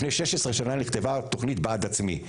לפני 16 שנה נכתבה תוכנית "בעד עצמי".